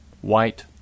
white